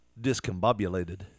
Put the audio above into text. discombobulated